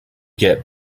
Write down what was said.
get